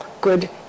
good